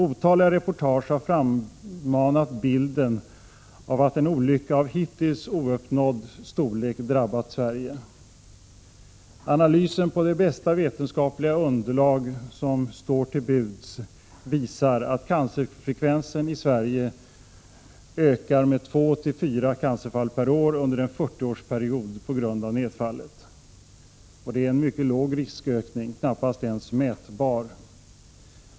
Otaliga reportage har frammanat bilden av att en olycka av en hittills ouppnådd storlek drabbat Sverige. Analysen på det bästa vetenskapliga underlag som stod till buds visade att cancerfrekvensen i Sverige skulle öka med två till fyra cancerfall per år under en 40-årsperiod på grund av nedfallet. Det är en mycket låg riskökning, knappast ens mätbar.